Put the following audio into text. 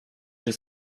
j’ai